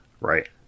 Right